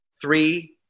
three